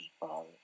people